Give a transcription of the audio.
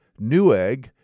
Newegg